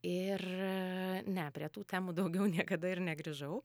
ir ne prie tų temų daugiau niekada ir negrįžau